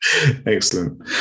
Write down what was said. Excellent